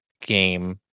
game